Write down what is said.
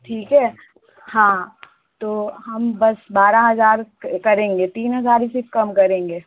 ठीक है हाँ तो हम बस बारह हज़ार क करेंगे तीन हज़ार ही सिर्फ़ कम करेंगे